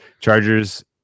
Chargers